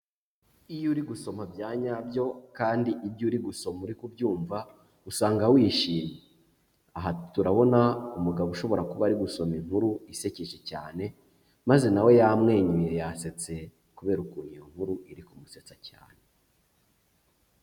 Iyo uri gusoma bya nyabyo kandi ibyo uri gusoma uri kubyumva, usanga wishimye. Aha turabona umugabo ushobora kuba ari gusoma inkuru isekeje cyane, maze nawe yamwenyuye yasetse kubera ukuntu iyo nkuru iri kumusetsa cyane.